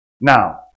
now